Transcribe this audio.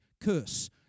curse